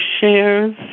shares